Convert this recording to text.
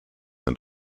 and